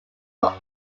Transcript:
were